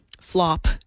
flop